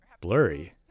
blurry